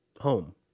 home